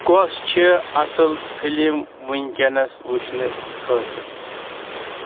کوٚس چھَ اَصٕل فِلم وُنکیٚنَس ؤچھنہٕ خٲطرٕ